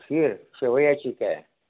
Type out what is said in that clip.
खीर शेवयाची काय